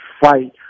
fight